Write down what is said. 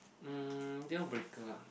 um deal breaker ah